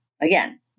Again